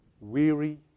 weary